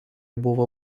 buvo